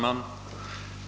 Herr talman!